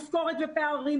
משכורת ופערים,